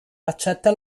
accetta